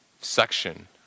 section